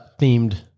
themed